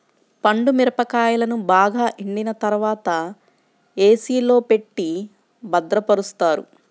పండు మిరపకాయలను బాగా ఎండిన తర్వాత ఏ.సీ లో పెట్టి భద్రపరుస్తారు